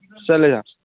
ꯆꯠꯂꯦ ꯁꯥꯔ